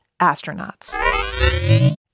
astronauts